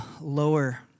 lower